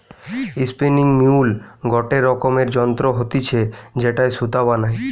spinning mule গটে রকমের যন্ত্র হতিছে যেটায় সুতা বানায়